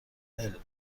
البرای